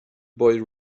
boy